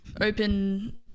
open